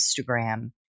Instagram